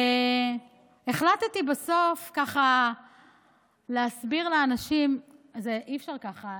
והחלטתי בסוף ככה להסביר לאנשים, אי-אפשר ככה.